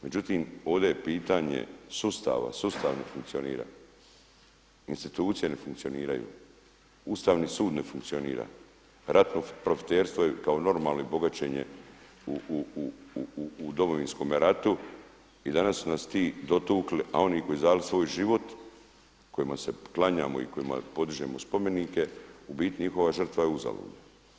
Međutim, ovdje je pitanje sustava, sustav ne funkcionira, institucije ne funkcioniraju, Ustavni sud ne funkcionira, ratno profiterstvo je kao normalno bogaćenje u Domovinskome ratu i danas su nas ti dotukli a oni koji su dali svoj život, kojima se klanjamo i kojima podižemo spomenike, u biti njihova žrtva je uzaludna.